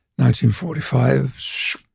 1945